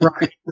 Right